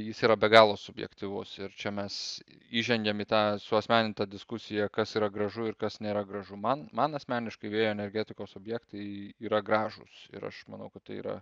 jis yra be galo subjektyvus ir čia mes įžengiam į tą suasmenintą diskusiją kas yra gražu ir kas nėra gražu man man asmeniškai vėjo energetikos objektai yra gražūs ir aš manau kad tai yra